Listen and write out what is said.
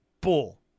Bull